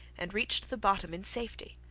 and reached the bottom in safety.